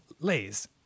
Lay's